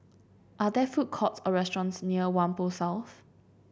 are there food courts or restaurants near Whampoa South